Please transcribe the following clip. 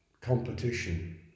competition